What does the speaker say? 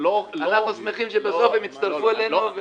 אנחנו שמחים שבסוף הם הצטרפו אלינו.